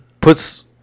puts